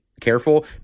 careful